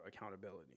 accountability